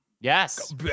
Yes